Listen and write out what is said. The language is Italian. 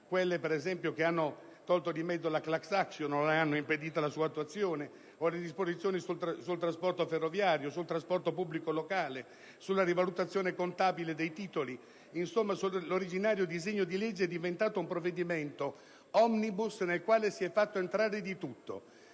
quelle che hanno tolto di mezzo la *class action* - o almeno ne hanno impedito l'attuazione - oppure le disposizioni sul trasporto ferroviario e sul trasporto pubblico locale, sulla rivalutazione contabile dei titoli. In buona sostanza, l'originario disegno di legge è diventato un provvedimento *omnibus* nel quale si è ricompreso di tutto,